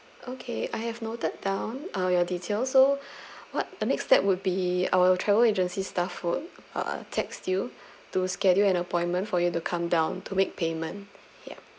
okay I have noted down uh your details so what the next step would be our travel agency staff would uh text you to schedule an appointment for you to come down to make payment yup